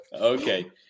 Okay